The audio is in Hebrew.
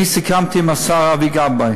אני סיכמתי עם השר אבי גבאי